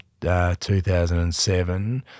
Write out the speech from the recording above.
2007